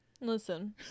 Listen